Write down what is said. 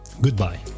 Goodbye